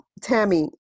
Tammy